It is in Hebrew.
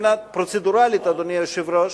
מבחינה פרוצדורלית, אדוני היושב-ראש,